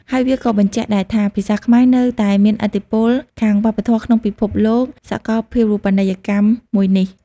ហើយ វាក៏បញ្ជាក់ដែរថា ភាសាខ្មែរនៅតែមានឥទ្ធិពលខាងវប្បធម៌ក្នុងពិភពសាកលភាវូបនីយកម្មមួយនេះ។